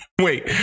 Wait